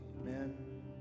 amen